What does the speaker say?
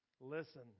listen